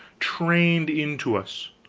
trained into us.